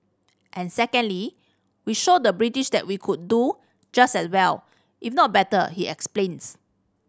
and secondly we showed the British that we could do just as well if not better he explains